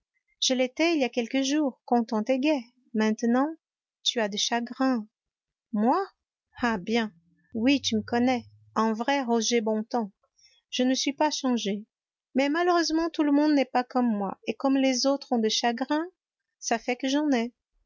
je l'étais il y a quelques jours contente et gaie maintenant tu as des chagrins moi ah bien oui tu me connais un vrai roger bontemps je ne suis pas changée mais malheureusement tout le monde n'est pas comme moi et comme les autres ont des chagrins ça fait que j'en ai